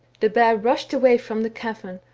the bear rushed away from the cavern,